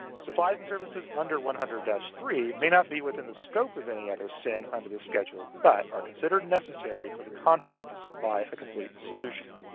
supplies and services under one hundred three may not be within the scope of any other sin under this schedule but are considered necessary for the contractor to supply as a complete solution.